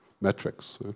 metrics